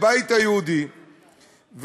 הבית היהודי,